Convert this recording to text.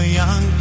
young